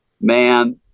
man